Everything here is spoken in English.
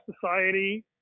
society